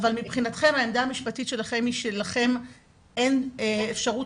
אבל מבחינתכם העמדה המשפטית שלכם היא שלכם אין אפשרות